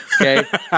okay